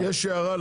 המיזוג,